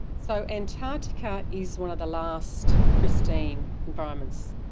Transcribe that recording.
so antarctica is one of the last pristine environments,